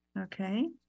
Okay